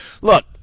Look